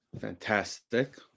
Fantastic